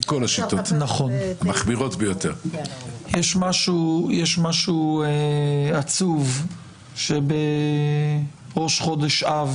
משהו עצוב שבראש חודש אב